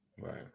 Right